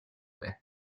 байна